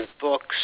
books